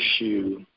issue